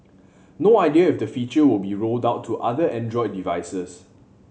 no idea if the feature will be rolled out to other Android devices